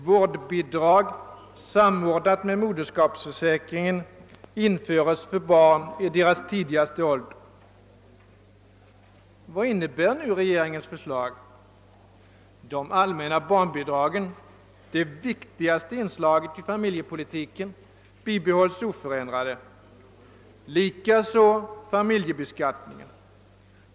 Vad innebär nu regeringens förslag? De allmänna barnbidragen — det viktigaste inslaget i familjepolitiken — bibehålls oförändrade, likaså familjebeskattningen.